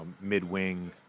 mid-wing